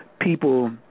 people